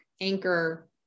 Anchor